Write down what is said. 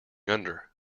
under